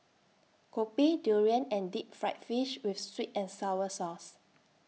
Kopi Durian and Deep Fried Fish with Sweet and Sour Sauce